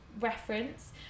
reference